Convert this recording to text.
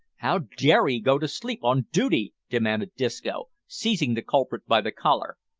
how dare ee go to sleep on dooty? demanded disco, seizing the culprit by the collar,